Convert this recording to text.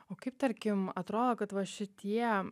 o kaip tarkim atrodo kad va šitie